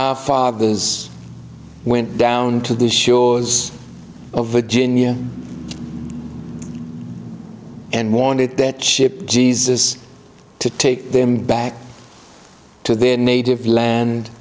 our fathers went down to the shores of virginia and wanted that ship jesus to take them back to their native land